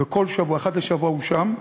ואחת לשבוע הוא שם.